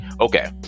okay